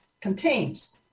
contains